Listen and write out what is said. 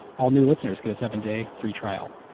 all new listeners get a seven-day free trial.